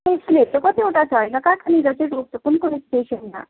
कतिवटा छ होइन रोक्छ कुन कुन स्टेसनमा